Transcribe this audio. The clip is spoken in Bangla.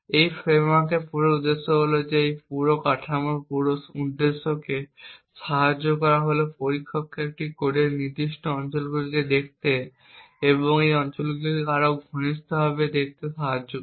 এই ফ্রেমওয়ার্কের পুরো উদ্দেশ্য হল এই পুরো কাঠামোর পুরো উদ্দেশ্যকে সাহায্য করা হল পরীক্ষককে এই কোডের নির্দিষ্ট অঞ্চলগুলি দেখতে এবং এই অঞ্চলগুলিকে আরও ঘনিষ্ঠভাবে দেখতে সাহায্য করা